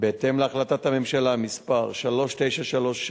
בהתאם להחלטת הממשלה מס' 3936,